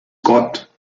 gott